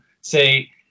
say